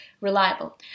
reliable